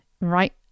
right